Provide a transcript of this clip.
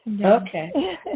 Okay